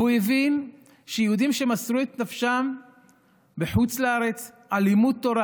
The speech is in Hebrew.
והוא הבין שיהודים שמסרו את נפשם בחוץ לארץ על לימוד תורה